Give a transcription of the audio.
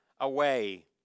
away